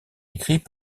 écrits